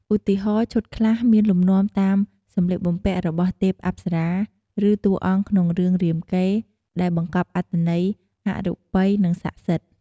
ឧទាហរណ៍ ឈុតខ្លះមានលំនាំតាមសម្លៀកបំពាក់របស់ទេពអប្សរា ឬតួអង្គក្នុងរឿងរាមកេរ្តិ៍ ដែលបង្កប់អត្ថន័យអរូបី និងស័ក្តិសិទ្ធិ។